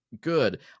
good